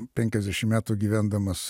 penkiasdešim metų gyvendamas